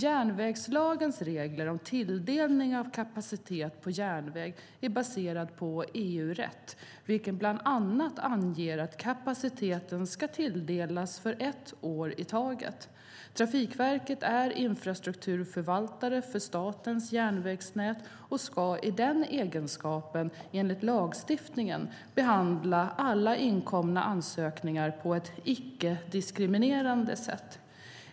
Järnvägslagens regler om tilldelning av kapacitet på järnväg är baserad på EU-rätt, vilken bland annat anger att kapaciteten ska tilldelas för ett år i taget. Trafikverket är infrastrukturförvaltare för statens järnvägsnät och ska i den egenskapen, enligt lagstiftningen, behandla alla inkomna ansökningar på ett icke-diskriminerande sätt.